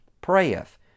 prayeth